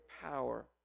power